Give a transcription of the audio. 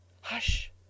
Hush